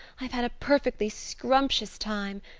i've had a perfectly scrumptious time.